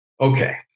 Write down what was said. Okay